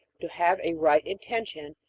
to have a right intention,